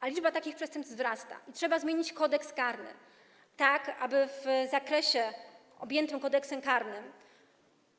A liczba takich przestępstw wzrasta i trzeba zmienić Kodeks karny tak, aby w zakresie objętym Kodeksem karnym